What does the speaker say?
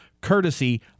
courtesy